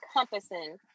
encompassing